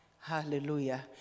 Hallelujah